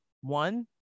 one